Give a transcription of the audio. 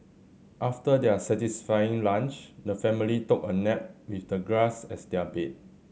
after their satisfying lunch the family took a nap with the grass as their bed